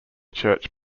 church